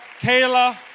Kayla